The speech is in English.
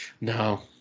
No